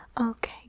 Okay